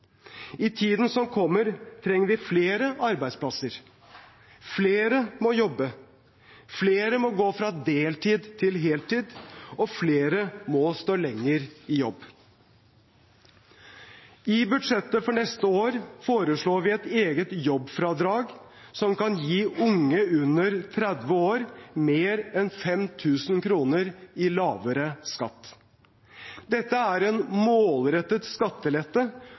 I tiden som kommer, trenger vi flere arbeidsplasser. Flere må jobbe, flere må gå fra deltid til heltid, og flere må stå lenger i jobb. I budsjettet for neste år foreslår vi et eget jobbfradrag som kan gi unge under 30 år mer enn 5 000 kroner i lavere skatt. Dette er en målrettet skattelette